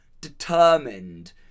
determined